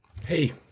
hey